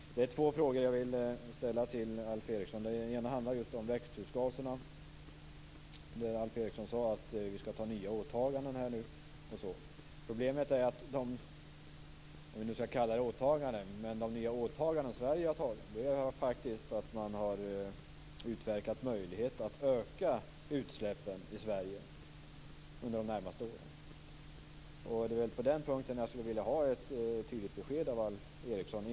Två frågor vill jag ställa till Alf Eriksson. Den ena handlar om växthusgaserna. Alf Eriksson talade om nya åtaganden osv. Problemet är att de nya åtaganden - om vi nu skall tala om just åtaganden - som Sverige har tagit är att man faktiskt har utverkat en möjlighet att öka utsläppen i Sverige under de närmaste åren. På den punkten skulle jag vilja ha ett tydligt besked från Alf Eriksson.